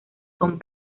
con